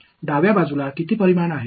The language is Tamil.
இடது புறம் எத்தனை பரிமாணங்கள் உள்ளன